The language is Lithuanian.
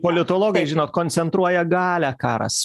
politologai žino koncentruoja galią karas